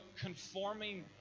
conforming